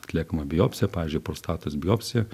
atliekama biopsija pavyzdžiui prostatos biopsija